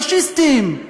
פאשיסטים,